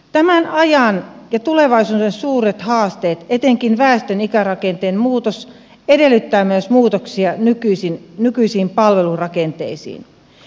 tämän ajan ja tulevaisuuden suuret haasteet etenkin väestön ikärakenteen muutos edellyttävät myös muutoksia nykyisiin palvelurakenteisiin